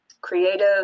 creative